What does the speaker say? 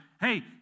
hey